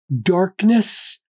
darkness